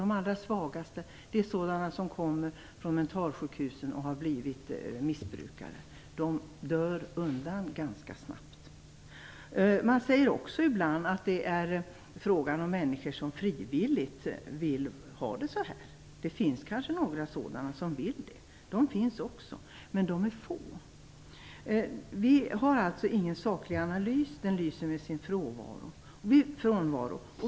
De allra svagaste av de hemlösa är de som kommer från mentalsjukhusen och som har blivit missbrukare. De dör undan ganska snabbt. Ibland säger man också att det är fråga om människor som frivilligt vill ha det så här. Det kanske finns några som vill det. De finns, men de är få. Det finns således ingen saklig analys. Den lyser med sin frånvaro.